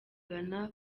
ghana